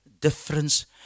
difference